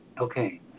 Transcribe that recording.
Okay